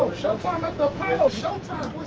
showtime at the apollo! showtime!